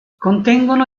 contengono